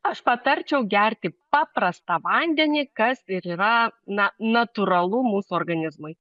aš patarčiau gerti paprastą vandenį kas ir yra na natūralu mūsų organizmui